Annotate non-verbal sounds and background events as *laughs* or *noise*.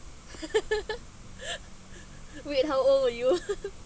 *laughs* wait how old are you *laughs*